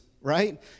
right